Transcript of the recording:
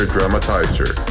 Dramatizer